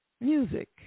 music